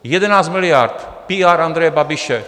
11 miliard PR Andreje Babiše.